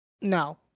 no